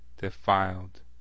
defiled